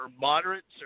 moderates